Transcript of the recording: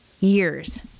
years